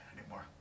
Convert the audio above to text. anymore